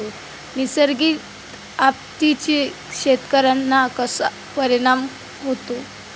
नैसर्गिक आपत्तींचा शेतकऱ्यांवर कसा परिणाम होतो?